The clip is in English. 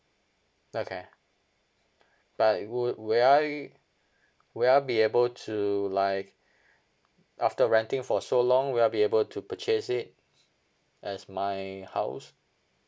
okay but will will I will I be able to like after renting for so long will I be able to purchase it as my house